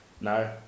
No